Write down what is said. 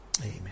Amen